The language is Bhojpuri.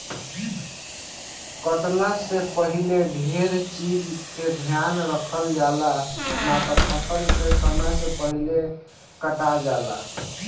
कटला से पहिले ढेर चीज के ध्यान रखल जाला, ना त फसल समय से पहिले कटा जाला